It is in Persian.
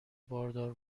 باردار